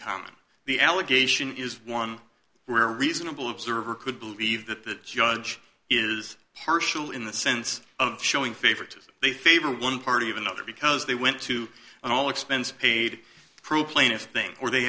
common the allegation is one where a reasonable observer could believe that the judge is partial in the sense of showing favoritism they favor one party of another because they went to an all expense paid